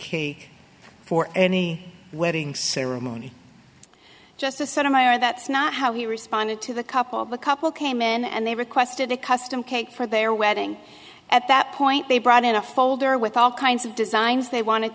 key for any wedding ceremony just the sort of my are that's not how he responded to the couple the couple came in and they requested a custom cake for their wedding at that point they brought in a folder with all kinds of designs they want